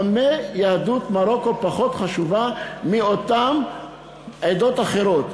במה יהדות מרוקו פחות חשובה מאותן עדות אחרות?